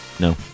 No